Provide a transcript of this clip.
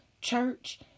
church